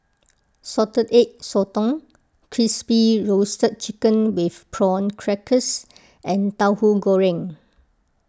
Salted Egg Sotong Crispy Roasted Chicken with Prawn Crackers and Tauhu Goreng